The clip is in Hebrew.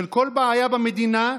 של כל בעיה במדינה,